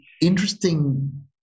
interesting